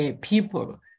people